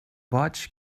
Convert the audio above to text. boig